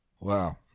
Wow